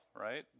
right